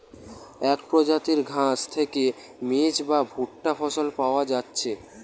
এক প্রজাতির ঘাস থিকে মেজ বা ভুট্টা ফসল পায়া যাচ্ছে